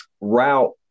route